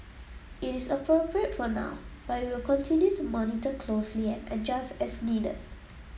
it is appropriate for now but we will continue to monitor closely and adjust as needed